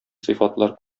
сыйфатлар